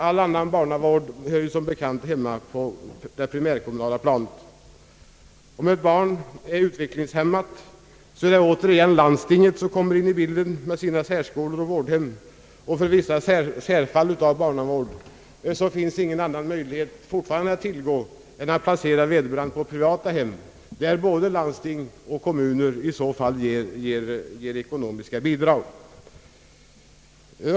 All annan barnavård hör som bekant hemma på det primärkommunala planet. Om ett barn är utvecklingshämmat, är det återigen landstinget som kommer in i bilden med sina särskolor och vårdhem. För vissa fall av barnavård finns fortfarande ingenting annat att tillgå än privata vårdhem, där i så fall både primärkommun och landsting ger bidrag.